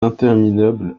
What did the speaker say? interminables